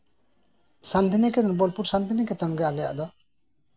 ᱥᱟᱱᱛᱤᱱᱤᱠᱮᱛᱚᱱ ᱵᱳᱞᱯᱩᱨ ᱥᱟᱱᱛᱤᱱᱮᱛᱚᱱ ᱜᱮ ᱟᱞᱮᱭᱟᱜ ᱫᱚ